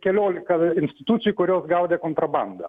keliolika institucijų kurios gaudė kontrabandą